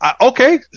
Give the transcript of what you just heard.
Okay